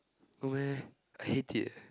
no meh I hate it leh